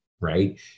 right